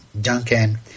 Duncan